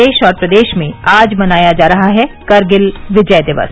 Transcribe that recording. देश और प्रदेश में आज मनाया जा रहा है कारगिल विजय दिवस